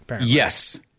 Yes